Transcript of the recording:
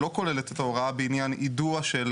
שלא כוללת את ההוראה בעניין יידוע של